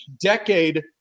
decade